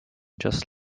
just